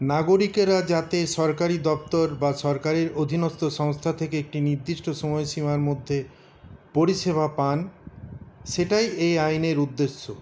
নাগরিকেরা যাতে সরকারি দপ্তর বা সরকারি অধীনস্থ সংস্থা থেকে একটি নির্দিষ্ট সময়সীমার মধ্যে পরিষেবা পান সেটাই এই আইনের উদ্দেশ্য